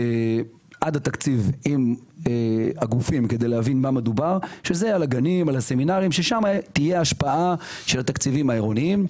אם זה הגנים והסמינרים ששם תהיה השפעה של התקציבים העירוניים.